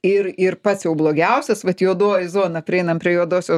ir ir pats jau blogiausias vat juodoji zona prieinam prie juodosios